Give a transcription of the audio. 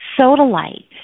sodalite